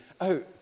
out